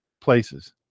places